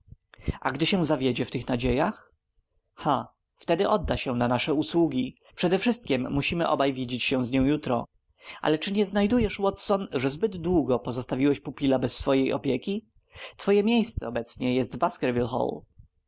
a gdy się zawiedzie w tych nadziejach ha wtedy odda się na nasze usługi przedewszystkiem musimy obaj widzieć się z nią jutro ale czy nie znajdujesz watson że zbyt długo pozostawiłeś pupila bez swej opieki twoje miejsce obecnie